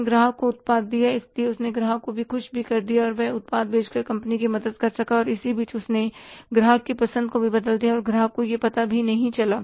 उसने ग्राहक को उत्पाद दिया इसलिए उसने ग्राहक को भी खुश रखा और वह उत्पाद बेचकर कंपनी की मदद कर सका और इसी बीच उसने ग्राहक की पसंद को भी बदल दिया और ग्राहक को यह कभी पता नहीं चला